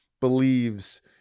believes